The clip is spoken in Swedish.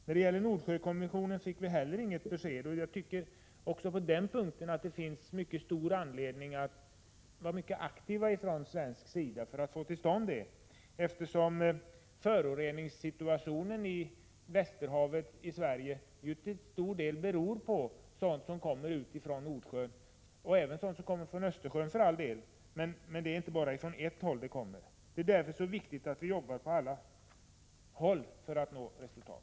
När det gäller Nordsjökommissionen gavs det inte heller något besked, men även på den punkten finns det anledning att vi från svensk sida är mycket aktiva, eftersom föroreningssituationen i Västerhavet till stor del beror på sådant som kommer från Nordsjön och även från Östersjön — det kommer alltså inte bara från ett håll. Det är därför viktigt att vi jobbar på alla håll för att nå resultat.